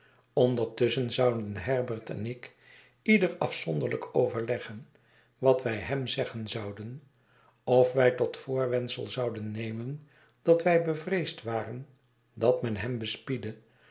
ondertusschen zouden herbert en ik ieder afzonderlijk overleggen wat wijhemzeggen zouden of wij tot voorwendsel zouden nemen dat wij bevreesd waren dat men hem